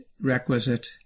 requisite